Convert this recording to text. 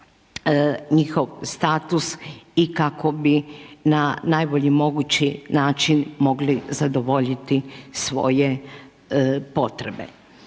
njihov status i kako bi na najbolji mogući način mogli zadovoljiti svoje potrebe.